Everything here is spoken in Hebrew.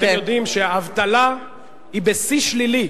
אתם יודעים שהאבטלה היא בשיא שלילי,